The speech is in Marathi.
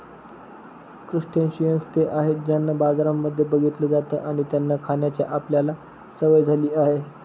क्रस्टेशियंन्स ते आहेत ज्यांना बाजारांमध्ये बघितलं जात आणि त्यांना खाण्याची आपल्याला सवय झाली आहे